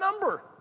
number